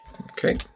Okay